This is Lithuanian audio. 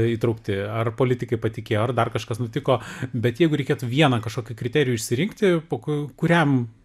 įtraukti ar politikai patikėjo ar dar kažkas nutiko bet jeigu reikėtų vieną kažkokį kriterijų išsirinkti po ku kuriam